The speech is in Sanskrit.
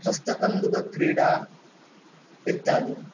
हस्तकन्दुकक्रीडा इत्यादि